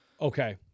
Okay